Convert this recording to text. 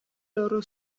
loro